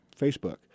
Facebook